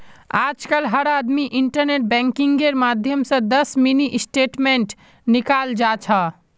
आजकल हर आदमी इन्टरनेट बैंकिंगेर माध्यम स दस मिनी स्टेटमेंट निकाल जा छ